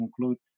conclude